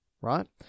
right